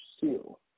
seal